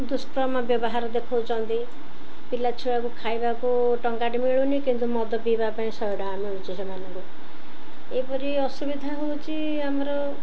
ଦୁଷ୍କର୍ମ ବ୍ୟବହାର ଦେଖଉଛନ୍ତି ପିଲା ଛୁଆକୁ ଖାଇବାକୁ ଟଙ୍କାଟେ ମିଳୁନି କିନ୍ତୁ ମଦ ପିଇବା ପାଇଁ ଶହେ ଟଙ୍କା ମିଳୁଛି ସେମାନଙ୍କୁ ଏହିପରି ଅସୁବିଧା ହେଉଛି ଆମର